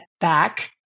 back